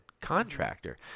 contractor